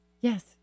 Yes